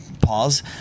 pause